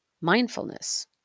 Mindfulness